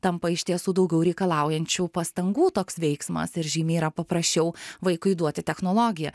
tampa iš tiesų daugiau reikalaujančiu pastangų toks veiksmas ir žymiai yra paprasčiau vaikui duoti technologiją